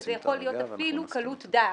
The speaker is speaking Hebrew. שזה יכול להיות אפילו קלות דעת.